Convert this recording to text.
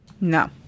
No